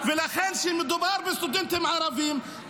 ולכן, כשמדובר בסטודנטים ערבים,